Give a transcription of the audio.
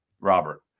Robert